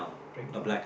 breakdown ah